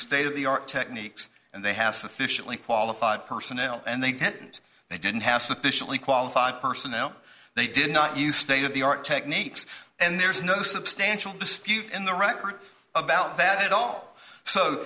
state of the art techniques and they have sufficiently qualified personnel and they didn't they didn't have sufficiently qualified personnel they did not use state of the art techniques and there is no substantial dispute in the record about that at all so